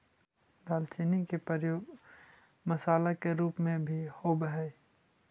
दालचीनी के प्रयोग मसाला के रूप में भी होब हई